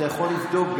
אתה יכול לבדוק,